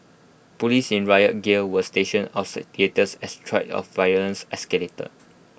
Police in riot gear were stationed outside theatres as threats of violence escalated